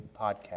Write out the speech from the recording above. podcast